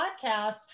podcast